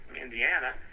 Indiana